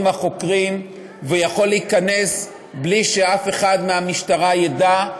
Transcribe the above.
החוקרים ויכול להיכנס בלי שאף אחד מהמשטרה ידע.